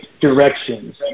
directions